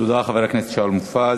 תודה לחבר הכנסת שאול מופז.